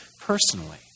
personally